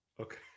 Okay